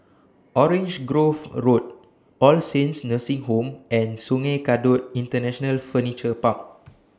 Orange Grove Road All Saints Nursing Home and Sungei Kadut International Furniture Park